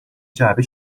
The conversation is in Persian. جعبه